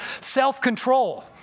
self-control